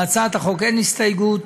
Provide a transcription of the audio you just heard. להצעת החוק אין הסתייגויות,